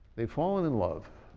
they've fallen in love,